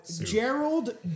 Gerald